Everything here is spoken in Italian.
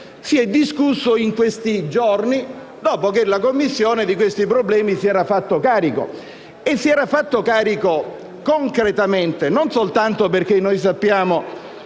si è discusso in questi giorni, dopo che la Commissione di questi problemi si era fatta carico. Se ne era fatta carico concretamente, non soltanto perché noi sappiamo